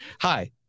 Hi